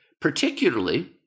Particularly